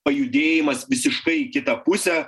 pajudėjimas visiškai į kitą pusę